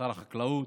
שר החקלאות,